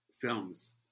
films